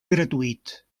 gratuït